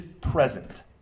present